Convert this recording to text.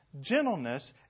gentleness